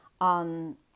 on